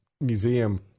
museum